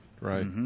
right